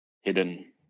hidden